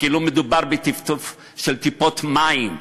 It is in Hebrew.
כאילו מדובר בטפטוף של טיפות מים.